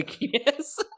yes